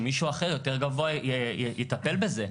שמישהו אחר יותר גבוה יטפל בזה.